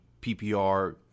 PPR